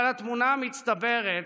אבל התמונה המצטברת,